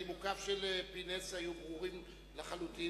נימוקיו של פינס היו ברורים לחלוטין,